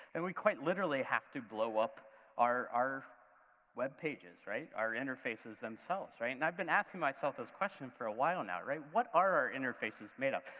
and we quite literally have to blow up our our web pages, right, our interfaces, themselves, right? and i've been asking myself this question for awhile now, right, what are our interfaces made of,